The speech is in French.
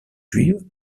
juive